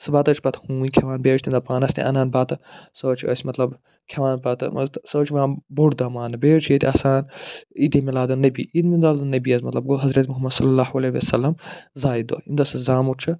سُہ بَتہٕ حظ چھِ پتہٕ ہوٗنۍ کھٮ۪وان بیٚیہِ حظ چھِ تَمہِ دۄہ پانَس تہِ اَنان بَتہٕ سُہ حظ چھِ أسۍ مطلب کھٮ۪وان پتہٕ سُہ حظ چھِ یِوان بوٚڈ دۄہ مانٛنہٕ بیٚیہِ حظ چھِ ییٚتہِ آسان عیٖدِ میلادُالنبی عیٖدِ میلادُالنبی حظ مطلب گوٚو حضرت محمد صلی اللہُ علیہِ وَسَلَم زایہِ دۄہ ییٚمہِ دۄہ سُہ زامُت چھِ